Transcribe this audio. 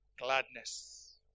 gladness